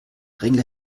drängler